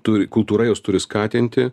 turi kultūra jos turi skatinti